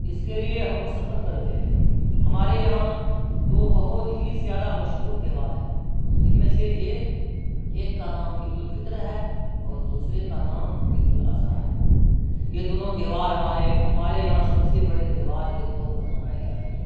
اس کے لیے ہم سفر کرتے ہیں ہمارے یہاں دو بہت ہی زیادہ مشہور تہوار ہیں جن میں سے ایک ایک کا نام عید الفطر ہے اور دوسرے کا نام عید الاضحیٰ ہے یہ دونوں تہوار ہمارے ہمارے یہاں سب سے بڑے تہوار کے طور پر منائے جاتے ہیں